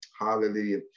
hallelujah